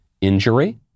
injury